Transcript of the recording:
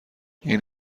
این